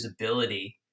usability